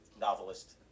novelist